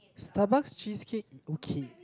Starbucks cheesecake okay